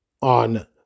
on